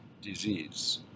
disease